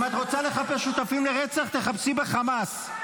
אם את רוצה לחפש שותפים לרצח, תחפשי בחמאס,